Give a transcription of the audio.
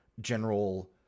general